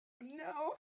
No